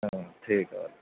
ہاں ٹھیک ہے